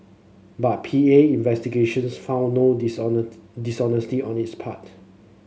but P A investigations found no dishonesty on his part